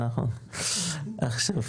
נכון, נכון.